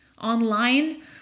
online